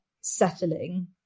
settling